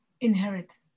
inherit